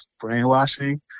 brainwashing